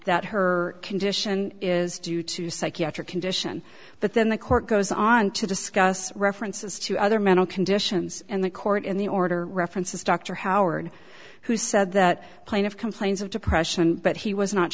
that her condition is due to psychiatric condition but then the court goes on to discuss references to other mental conditions and the court in the order references dr howard who said that plane of complains of depression but he was not